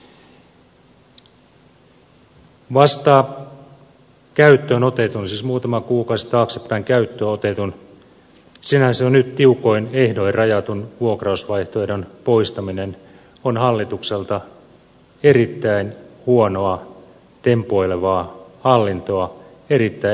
vasta käyttöön otetun siis muutama kuukausi sitten taaksepäin käyttöön otetun sinänsä jo nyt tiukoin ehdoin rajatun vuokrausvaihtoehdon poistaminen on hallitukselta erittäin huonoa tempoilevaa hallintoa erittäin epäviisasta politiikkaa